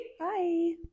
Hi